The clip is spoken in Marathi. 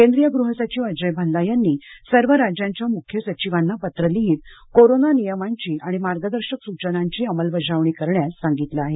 केंद्रीय गृहसचिव अजय भल्ला यांनी सर्व राज्यांच्या मुख्य सचिवांना पत्र लिहित कोरोना नियमांची आणि मार्गदर्शक सूचनांची अंमलबजावणी करण्यास सांगितलं आहे